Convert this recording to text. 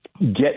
get